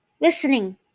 listening